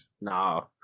no